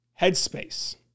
Headspace